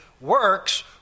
works